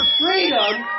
freedom